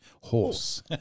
Horse